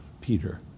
Peter